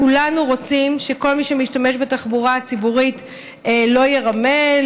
כולנו רוצים שכל מי שמשתמש בתחבורה ציבורית לא ירמה,